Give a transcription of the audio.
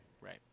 right